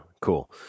Cool